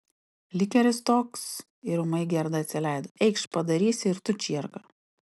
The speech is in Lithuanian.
likeris toks ir ūmai gerda atsileido eikš padarysi ir tu čierką